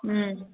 ꯎꯝ